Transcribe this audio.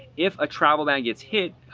if a travel ban gets hit,